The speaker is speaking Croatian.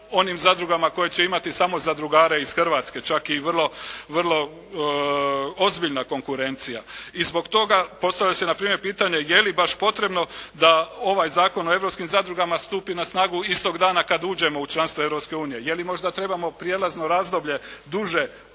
onim zadrugama koje će imati samo zadrugare iz Hrvatske, čak i vrlo ozbiljna konkurencija. I zbog toga, postavlja se na primjer pitanje je li baš potrebno da ovaj Zakon o europskim zadrugama stupi na snagu istog dana kad uđemo u članstvo Europske unije. Je li možda trebamo prijelazno razdoblje duže